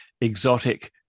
exotic